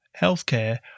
healthcare